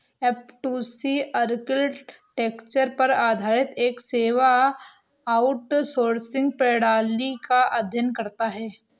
F two C architecture पर आधारित एक सेवा आउटसोर्सिंग प्रणाली का अध्ययन करता है